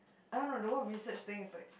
I don't know the whole research thing is like